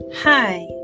hi